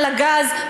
על הגז,